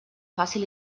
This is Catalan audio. fàcil